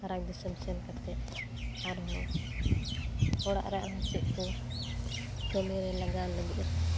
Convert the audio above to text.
ᱯᱷᱟᱨᱟᱠ ᱫᱤᱥᱚᱢ ᱥᱮᱱ ᱠᱟᱛᱮ ᱟᱨᱦᱚᱸ ᱚᱲᱟᱜᱨᱮ ᱚᱱᱮ ᱪᱮᱫᱠᱩ ᱠᱟᱹᱢᱤᱨᱮ ᱞᱟᱜᱟ ᱞᱟᱹᱜᱤᱫ